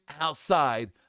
outside